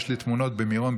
יש לי תמונות ממירון,